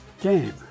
Game